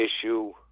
issue